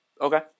Okay